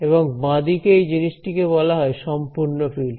এবং বাঁ দিকে এই জিনিসটি কে বলা হয় সম্পূর্ণ ফিল্ড